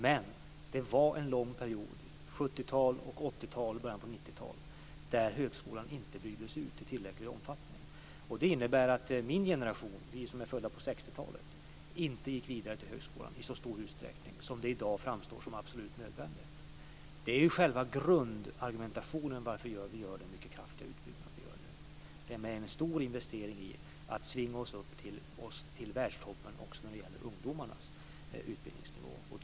Men det var en lång period under 70 talet, 80-talet och början på 90-talet då högskolan inte byggdes ut i tillräcklig omfattning. Det innebär att min generation, vi som är födda på 60-talet, inte gick vidare till högskolan i så stor utsträckning som i dag framstår som absolut nödvändigt. Det är själva grundargumentationen för att vi gör den mycket kraftiga utbyggnad som vi gör nu. Det är en stor investering i att svinga oss upp till världstoppen också när det gäller ungdomarnas utbildningsnivå.